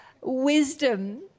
wisdom